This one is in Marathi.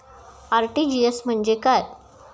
आर.टी.जी.एस म्हणजे काय?